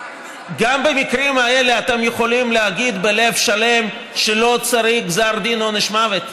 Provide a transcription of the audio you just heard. גם במקרים האלה אתם יכולים להגיד בלב שלם שלא צריך גזר דין עונש מוות?